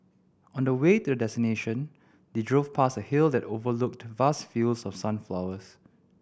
on the way to their destination they drove past a hill that overlooked vast fields of sunflowers